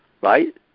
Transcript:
Right